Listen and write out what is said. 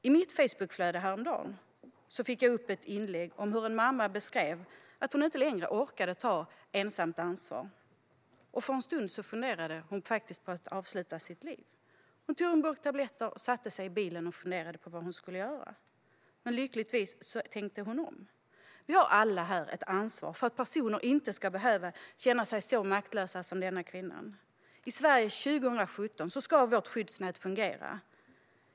I mitt Facebookflöde fick jag häromdagen upp ett inlägg om hur en mamma beskrev att hon inte längre orkade ta ensamt ansvar och för en stund faktiskt funderade på att avsluta sitt liv. Hon tog en burk med tabletter, satte sig i bilen och funderade på vad hon skulle göra, men lyckligtvis tänkte hon om. Vi har alla här ett ansvar för att personer inte ska behöva känna sig så maktlösa som denna kvinna. I Sverige 2017 ska vårt skyddsnät fungera.